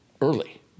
early